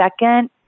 second